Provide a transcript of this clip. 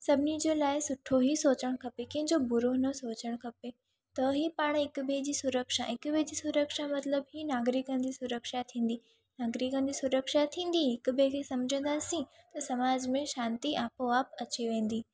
सभिनी जे लाइ सुठो ई सोचणु खपे कंहिंजो बुरो न सोचणु खपे त ई पाण हिक ॿिए जी सुरक्षा हिकु ॿिए जी सुरक्षा मतिलबु की नागरिकन जी सुरक्षा थींदी नागरिकन जी सुरक्षा थींदी हिकु ॿिए खे सम्झंदासीं त समाज में शांती आपो आप अची वेंदी